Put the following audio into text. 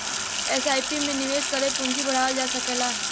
SIP में निवेश करके पूंजी बढ़ावल जा सकला